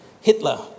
Hitler